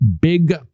big